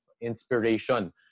inspiration